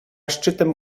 szczytem